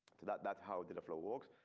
that that how dataflow works.